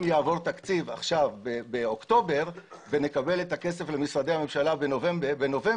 אם יעבור תקציב באוקטובר ונקבל את הכסף למשרדי הממשלה בנובמבר,